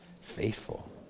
faithful